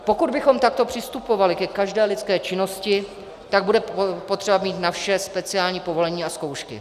Pokud bychom takto přistupovali ke každé lidské činnosti, tak bude potřeba mít na vše speciální povolení a zkoušky.